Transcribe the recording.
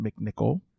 McNichol